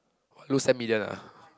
lose ten million ah